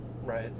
Right